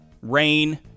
rain